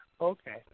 Okay